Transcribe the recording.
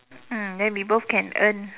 mm then we both can earn